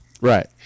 Right